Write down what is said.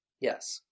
Yes